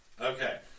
Okay